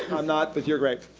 i'm not, but you're great.